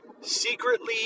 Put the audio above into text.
secretly